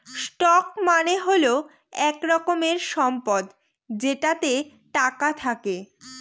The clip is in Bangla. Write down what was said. স্টক মানে হল এক রকমের সম্পদ যেটাতে টাকা থাকে